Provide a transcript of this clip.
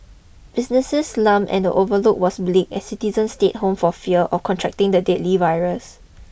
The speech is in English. businesses slump and the overlook was bleak as citizens stayed home for fear or contracting the deadly virus